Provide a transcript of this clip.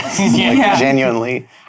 genuinely